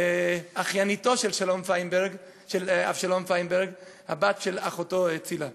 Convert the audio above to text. אחייניתו של אבשלום פיינברג, הבת של אחותו צילה.